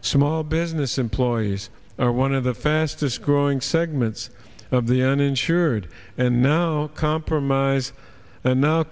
small business employees are one of the fastest growing segments of the uninsured and now compromise and now